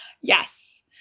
Yes